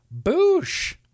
Boosh